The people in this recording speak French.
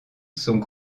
sont